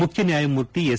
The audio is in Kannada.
ಮುಖ್ಯ ನ್ಯಾಯಮೂರ್ತಿ ಎಸ್